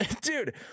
dude